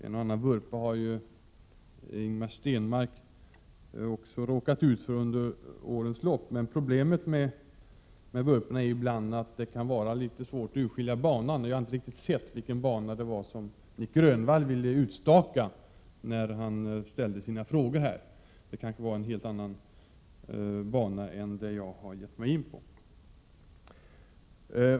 En och annan vurpa har ju Ingemar Stenmark också råkat ut för under årens lopp. Problemet med vurporna är att det ibland kan vara litet svårt att urskilja banan. Jag är inte riktigt säker på vilken bana Nic Grönvall ville utstaka här när han ställde sina frågor. Det gällde kanske en helt annan bana än den jag har gett mig in på.